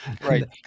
Right